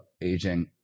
aging